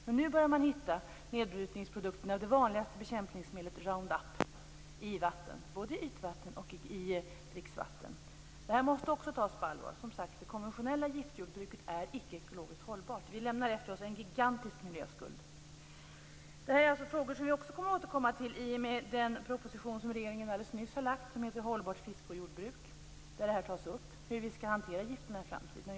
Men nu börjar man finna nedbrytningsprodukter - det vanligaste bekämpningsmedlet Roundup - i både ytvatten och dricksvatten. Detta måste också tas på allvar. Som sagt är det konventionella giftjordbruket icke ekologiskt hållbart. Vi lämnar efter oss en gigantisk miljöskuld. Det här är alltså frågor som vi också kommer att återkomma till i och med den proposition som regeringen alldeles nyligen har lagt fram, i vilken detta tas upp. Den heter hållbart fiske och jordbruk och tar upp hur vi skall hantera gifterna i framtiden.